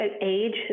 age